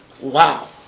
Wow